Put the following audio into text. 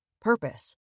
Purpose